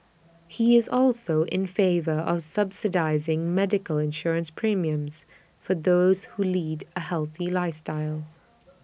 he is also in favour of subsidising medical insurance premiums for those who lead A healthy lifestyle